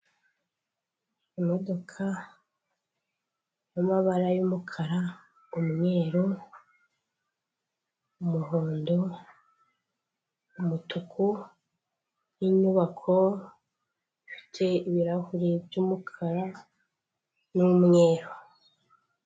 Imodoka yamabara y'umukara, umweru, umuhondo, umutuku n'inyubako ifite ibirahuri by'umukara n'umweru.